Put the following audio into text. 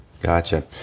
Gotcha